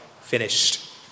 finished